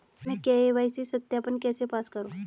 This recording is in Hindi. मैं के.वाई.सी सत्यापन कैसे पास करूँ?